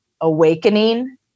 awakening